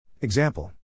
Example